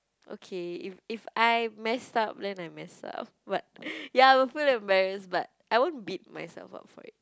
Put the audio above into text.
okay if if I mess up then I mess up but ya I'll feel embarrassed but I won't beat myself up for it